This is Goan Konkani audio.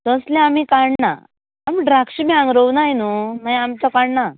तसले आमी काडना पूण द्राक्षा बी हांगा रोवनाय न्हू सो काडना